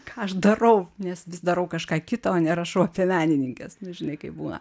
ką aš darau nes vis darau kažką kito o nerašau apie menininkes nu žinai kaip būna